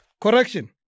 Correction